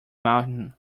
mountain